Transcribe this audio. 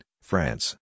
France